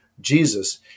Jesus